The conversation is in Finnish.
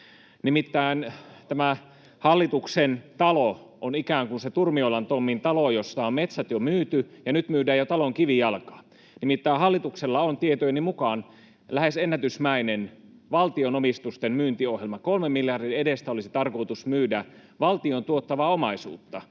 Nimittäin tämä hallituksen talo on ikään kuin se Turmiolan Tommin talo, josta on metsät jo myyty ja nyt myydään jo talon kivijalkaa. Nimittäin hallituksella on tietojeni mukaan lähes ennätysmäinen valtion omistusten myyntiohjelma: kolmen miljardin edestä olisi tarkoitus myydä valtion tuottavaa omaisuutta,